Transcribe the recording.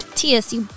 tsu